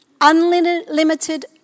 Unlimited